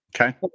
Okay